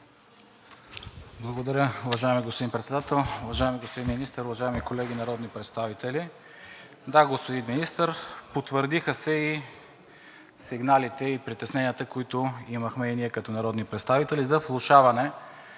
Благодаря, уважаеми господин Председател. Уважаеми господин Министър, уважаеми колеги народни представители! Да, господин Министър, потвърдиха се и сигналите, и притесненията, които имахме и ние като народни представители, за влошаване